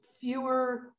Fewer